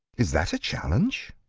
is that a challenge?